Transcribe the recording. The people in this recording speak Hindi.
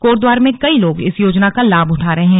कोटद्वार में कई लोग इस योजना का लाभ उठा रहे हैं